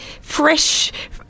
fresh